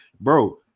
Bro